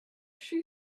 she